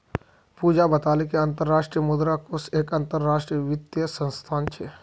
पूजा बताले कि अंतर्राष्ट्रीय मुद्रा कोष एक अंतरराष्ट्रीय वित्तीय संस्थान छे